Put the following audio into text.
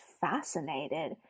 fascinated